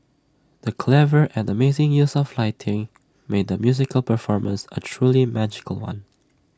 the clever and amazing use of lighting made the musical performance A truly magical one